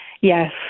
yes